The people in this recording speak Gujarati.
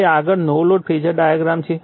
હવે આગળ નો લોડ ફેઝર ડાયાગ્રામ છે